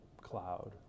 cloud